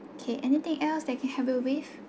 okay anything else that you have a whiff